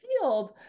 field